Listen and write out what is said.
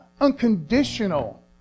Unconditional